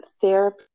therapy